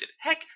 Heck